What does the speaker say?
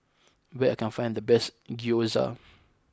where can I find the best Gyoza